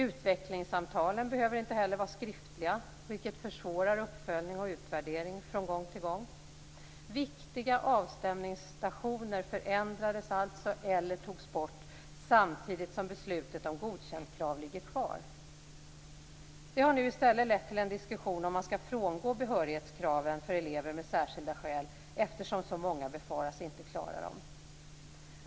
Utvecklingssamtalen behöver inte heller vara skriftliga, vilket försvårar uppföljning och utvärdering från gång till gång. Viktiga avstämningsstationer förändrades alltså eller togs bort, samtidigt som beslutet om godkändkravet ligger kvar. Det har nu i stället lett till en diskussion om man skall frångå behörighetskraven för elever med särskilda skäl, eftersom så många befaras inte klara dem.